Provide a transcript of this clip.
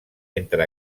entre